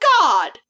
god